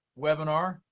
webinar,